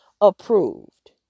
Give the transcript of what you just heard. approved